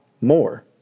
more